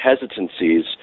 hesitancies